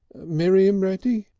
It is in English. miriam ready?